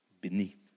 beneath